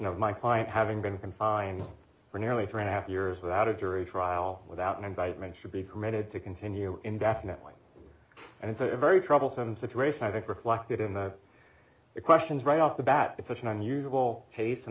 of my client having been confined for nearly three and a half years without a jury trial without an indictment should be permitted to continue indefinitely and it's a very troublesome situation i think reflected in the questions right off the bat it's such an unusual case and